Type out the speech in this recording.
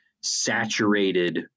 saturated